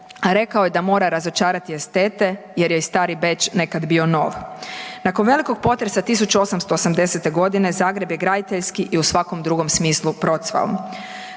a rekao je da mora razočarati estete jer je i stari Beč nekad bio nov. Nakon velikog potresa 1880. godine Zagreb je graditeljski i u svakom drugom smislu procvao.